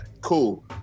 Cool